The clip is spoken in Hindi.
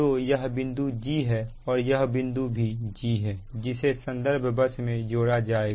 तो यह बिंदु g है और यह बिंदु भी g है जिसे संदर्भ बस में जोड़ा जाएगा